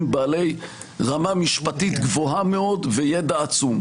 בעלי רמה משפטית גבוהה מאוד וידע עצום,